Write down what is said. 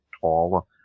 tall